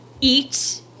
eat